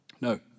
No